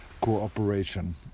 cooperation